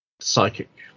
psychic